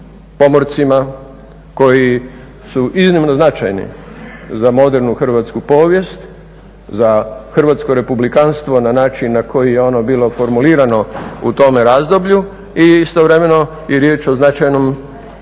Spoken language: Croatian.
pomorcima koji su iznimno značajni za modernu hrvatsku povijest, za hrvatsko republikanstvo na način na koji je ono bilo formulirano u tome razdoblju i istovremeno je riječ o značajnom